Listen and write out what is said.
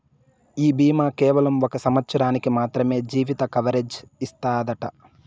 ఈ బీమా కేవలం ఒక సంవత్సరానికి మాత్రమే జీవిత కవరేజ్ ఇస్తాదట